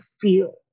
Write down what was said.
feel